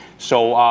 so,